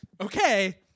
Okay